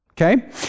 Okay